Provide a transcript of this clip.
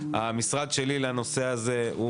והעמיד את משרדו לרשותי.